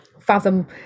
fathom